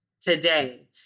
Today